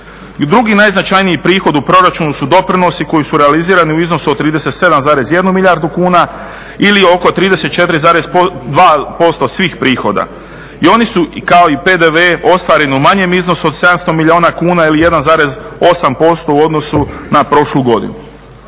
drugi najznačajniji prihod u proračunu su doprinosi koji su realizirani u iznosu od 37,1 milijardu kuna ili oko 34,2% svih prihoda. I oni su kao i PDV ostvareni u manjem od 700 milijuna kuna ili 1,8% u odnosu na prošlu godinu.